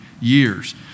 years